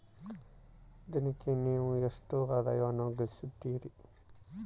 ದಿನಕ್ಕೆ ನೇವು ಎಷ್ಟು ಆದಾಯವನ್ನು ಗಳಿಸುತ್ತೇರಿ?